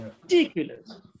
Ridiculous